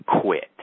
quit